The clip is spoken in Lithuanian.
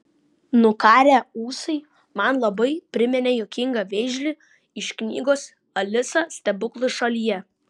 nukarę ūsai man labai priminė juokingą vėžlį iš knygos alisa stebuklų šalyje